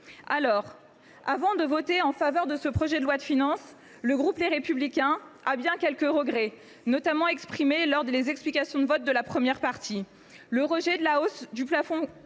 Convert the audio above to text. (FFR). Avant de voter en faveur de ce projet de loi de finances, le groupe Les Républicains a quelques regrets, qui ont notamment été exprimés lors des explications de vote de la première partie. Je pense notamment au rejet de la hausse du plafond